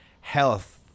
health